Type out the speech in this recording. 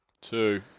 Two